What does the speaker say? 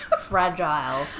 Fragile